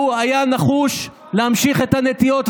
הוא היה נחוש להמשיך את הנטיעות,